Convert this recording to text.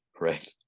right